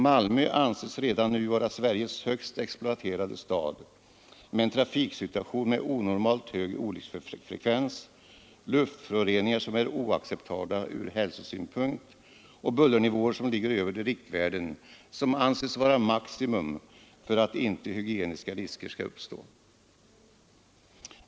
Malmö anses redan nu vara Sveriges högst exploaterade stad och har en trafiksituation med onormalt hög olycksfrekvens, luftföroreningar som är oacceptabla ur hälsosynpunkt och bullernivåer som ligger över de riktvärden som anses vara maximum för att inte hygieniska risker skall uppstå.